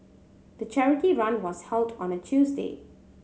the charity run was held on a Tuesday